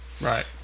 Right